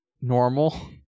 normal